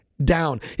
down